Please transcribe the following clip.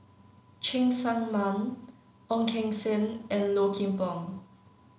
Cheng Tsang Man Ong Keng Sen and Low Kim Pong